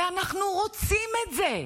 ואנחנו רוצים את זה,